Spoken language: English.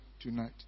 tonight